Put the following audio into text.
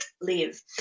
live